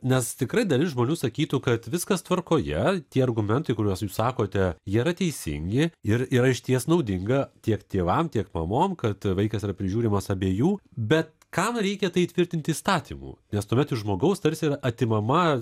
nes tikrai dalis žmonių sakytų kad viskas tvarkoje tie argumentai kuriuos jūs sakote jie yra teisingi ir yra išties naudinga tiek tėvam tiek mamom kad vaikas yra prižiūrimas abiejų bet kam reikia tai tvirtinti įstatymu nes tuomet iš žmogaus tarsi yra atimama